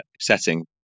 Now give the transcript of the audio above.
setting